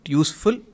useful